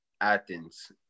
Athens